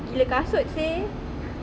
gila kasut seh